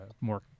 more